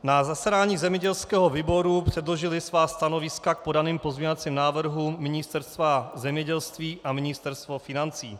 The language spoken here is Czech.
Na zasedání zemědělského výboru předložily svá stanoviska k podaným pozměňovacím návrhům Ministerstvo zemědělství a Ministerstvo financí.